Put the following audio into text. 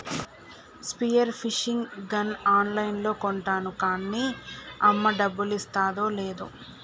spear fishing gun ఆన్ లైన్లో కొంటాను కాన్నీ అమ్మ డబ్బులిస్తాదో లేదో